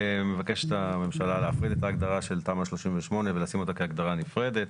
מבקשת הממשלה להפריד את ההגדרה של תמ"א 38 ולשים אותה כהגדרה נפרדת